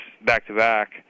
back-to-back